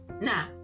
Now